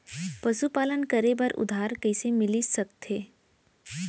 पशुपालन करे बर उधार कइसे मिलिस सकथे?